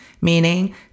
meaning